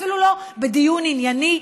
אפילו לא בדיון ענייני,